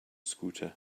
scooter